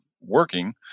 working